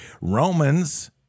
Romans